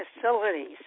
facilities